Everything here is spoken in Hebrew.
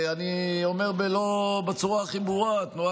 ואני אומר בצורה הכי ברורה: התנועה